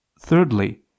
thirdly